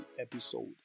episode